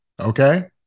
Okay